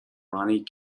ronnie